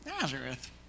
Nazareth